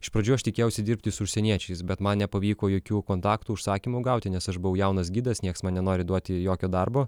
iš pradžių aš tikėjausi dirbti su užsieniečiais bet man nepavyko jokių kontaktų užsakymų gauti nes aš buvau jaunas gidas nieks nenori duoti jokio darbo